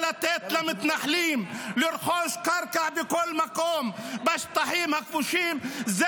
לתת למתנחלים לרכוש קרקע בכל מקום בשטחים הכבושים זה